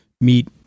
meet